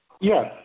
Yes